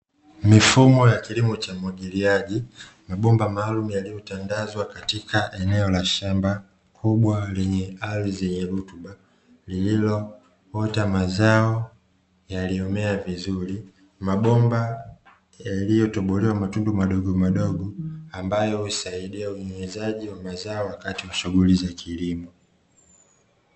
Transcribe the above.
Mifumo ya kilimo cha umwagiliaji mabomba maalumu yaliyotandazwa katika eneo la shamba kubwa, lenye ardhi yenye rutuba lililoota mazao yaliyomea vizuri mabomba yaliyotobolewa matundu madogomadogo ambayo usaidia unyunyuzaji wa mazao wakati wa shuguli za kilimo.